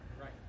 Right